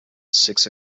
six